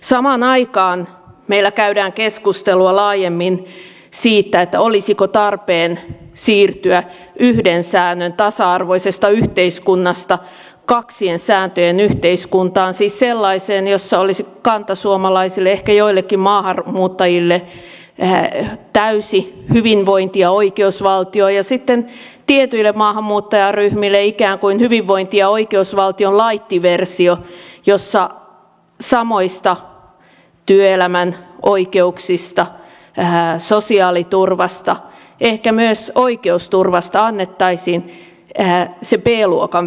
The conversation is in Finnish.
samaan aikaan meillä käydään keskustelua laajemmin siitä olisiko tarpeen siirtyä yhden säännön tasa arvoisesta yhteiskunnasta kaksien sääntöjen yhteiskuntaan siis sellaiseen joka olisi kantasuomalaisille ehkä joillekin maahanmuuttajille täysi hyvinvointi ja oikeusvaltio ja sitten tietyille maahanmuuttajaryhmille ikään kuin hyvinvointi ja oikeusvaltion light versio jossa samoista työelämän oikeuksista sosiaaliturvasta ehkä myös oikeusturvasta annettaisiin se b luokan versio